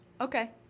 Okay